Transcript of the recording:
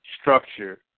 structure